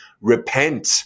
repent